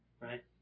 right